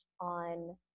on